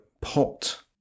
pot